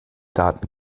daten